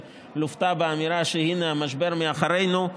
שלוותה באמירה: הינה המשבר מאחורינו,